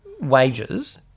wages